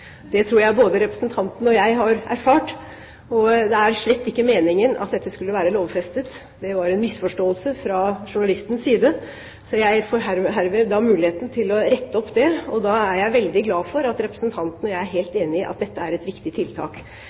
Det tror jeg både representanten og jeg har erfart. Det er slett ikke meningen at dette skulle være lovfestet. Det var en misforståelse fra journalistens side. Så jeg får herved muligheten til å rette opp det. Jeg er veldig glad for at representanten og jeg er helt enige om at dette er et viktig tiltak.